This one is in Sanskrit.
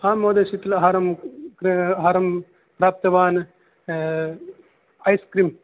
आं महोदय शितलाहारं हारं प्राप्तवान् ऐस्क्रीम्